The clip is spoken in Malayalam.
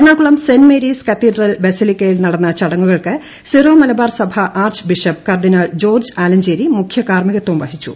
എറണാകുളം സെന്റ് മേരീസ് കത്തീഡ്രൽ ബസലിക്കയിൽ നടന്ന ചടങ്ങുകൾക്ക് സിറോ മലബാർ സഭാ archbishop cardinal George Alencherry മുഖ്യ കാർമികത്വം വാഹിച്ചു